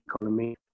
economy